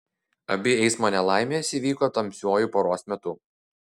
abi eismo nelaimės įvyko tamsiuoju paros metu